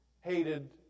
hated